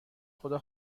خدا